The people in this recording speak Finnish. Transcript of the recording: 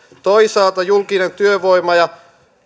toisaalta julkinen työvoima ja